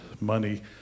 money